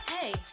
Hey